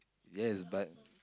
yes but